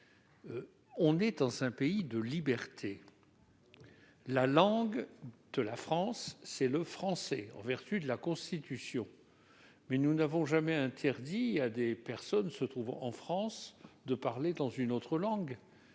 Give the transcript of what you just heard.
vivons dans un pays de liberté ! Ah bon ? La langue de la France est le français, en vertu de la Constitution, mais nous n'avons jamais interdit à quiconque se trouvant en France de parler dans une autre langue,